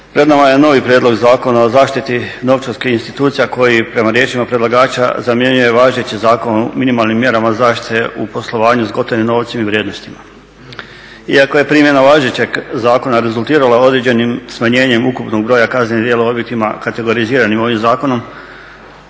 Pred nama je novi Prijedlog zakona o zaštiti novčarskih institucija koji prema riječima predlagača zamjenjuje važeći Zakon o minimalnim mjerama zaštite u poslovanju s gotovim novčanim vrijednostima. Iako je primjena važećeg zakona rezultirala određenim smanjenjem ukupnog broja kaznenih djela u uvjetima kategoriziranim ovim zakonom